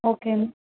okay అం